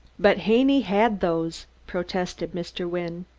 but haney had those! protested mr. wynne.